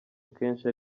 akenshi